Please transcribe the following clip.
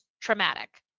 traumatic